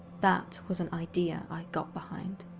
that was an idea i got behind.